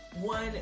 one